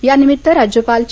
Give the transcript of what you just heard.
या निमित्त राज्यपाल चे